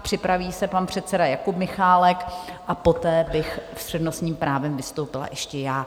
Připraví se pak předseda Jakub Michálek a poté bych s přednostním právem vystoupila ještě já.